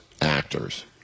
actors